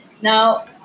Now